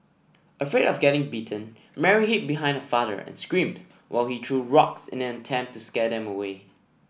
afraid of getting bitten Mary hid behind her father and screamed while he threw rocks in an attempt to scare them away